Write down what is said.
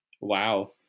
Wow